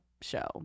show